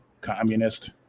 communist